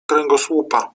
kręgosłupa